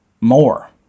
more